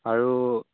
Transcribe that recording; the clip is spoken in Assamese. আৰু